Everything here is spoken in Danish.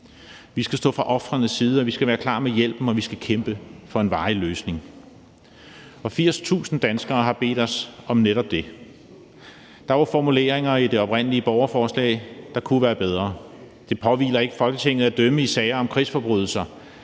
Vi skal stå på ofrenes side, vi skal være klar med hjælpen, og vi skal kæmpe for en varig løsning. 80.000 danskere har bedt os om netop det. Der var formuleringer i det oprindelige borgerforslag, der kunne være bedre. Det påhviler ikke Folketinget at dømme i sager om krigsforbrydelser.